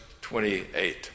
28